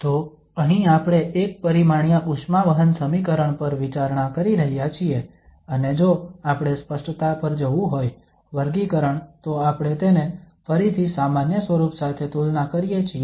તો અહીં આપણે એક પરિમાણીય ઉષ્મા વહન સમીકરણ પર વિચારણા કરી રહ્યા છીએ અને જો આપણે સ્પષ્ટતા પર જવું હોય વર્ગીકરણ તો આપણે તેને ફરીથી સામાન્ય સ્વરૂપ સાથે તુલના કરીએ છીએ